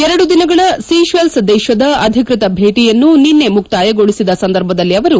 ಎರಡು ದಿನಗಳ ಸೀತೆಲ್ಲ್ ದೇಶದ ಅಧಿಕೃತ ಭೇಟಿಯನ್ನು ನಿನ್ನೆ ಮುಕ್ತಾಯಗೊಳಿಸಿದ ಸಂದರ್ಭದಲ್ಲಿ ಅವರು